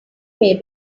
may